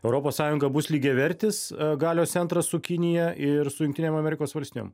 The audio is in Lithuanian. europos sąjunga bus lygiavertis galios centras su kinija ir su jungtinėm amerikos valstijom